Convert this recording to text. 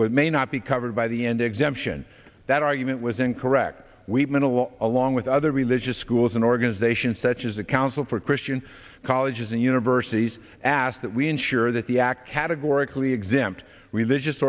end it may not be covered by the end exemption that argument was incorrect we've made a lot along with other religious school an organization such as the council for christian colleges and universities asked that we ensure that the act categorically exempt religious